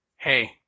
Hey